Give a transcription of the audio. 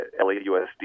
lausd